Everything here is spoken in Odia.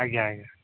ଆଜ୍ଞା ଆଜ୍ଞା